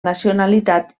nacionalitat